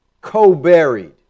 co-buried